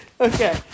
Okay